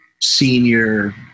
senior